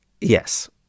Yes